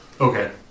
Okay